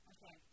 Okay